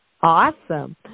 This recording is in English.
awesome